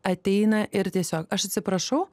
ateina ir tiesiog aš atsiprašau